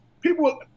People